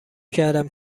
کردم